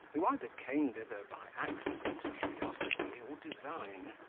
who either came thither by accident, curiosity, or design.